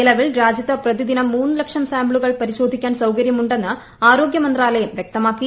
നിലവിൽ രാജ്യത്ത് പ്രതിദിനം മൂന്ന് ലക്ഷം സാമ്പിളുകൾ പരിശോധിക്കാൻ സൌകര്യമുണ്ടെന്ന് ആരോഗൃമന്ത്രാലയം വൃക്തമാക്കി